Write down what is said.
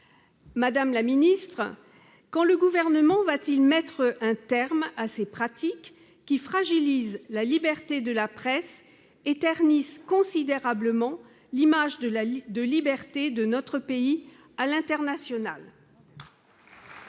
de la justice, quand le Gouvernement va-t-il mettre un terme à ces pratiques qui fragilisent la liberté de la presse et ternissent considérablement l'image de liberté de notre pays à l'international ?